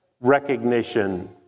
recognition